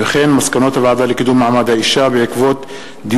הצעתה